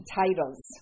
titles